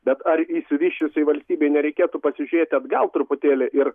bet ar išsivysčiusiai valstybei nereikėtų pasižiūrėti atgal truputėlį ir